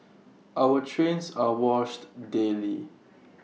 our trains are washed daily